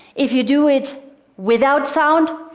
if you do it without sound,